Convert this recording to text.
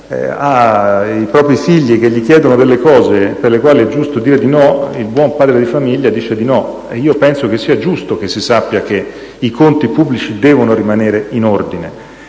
i propri figli chiedono delle cose per le quali è giusto dire di no, il buon padre di famiglia risponde di no. Penso sia giusto che si sappia che i conti pubblici devono rimanere in ordine,